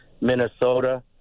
Minnesota